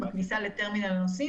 מלון.